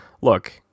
look